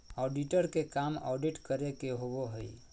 auditor के काम audit करे के होबो हइ